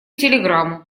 телеграмму